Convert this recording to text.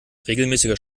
regelmäßiger